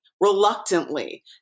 reluctantly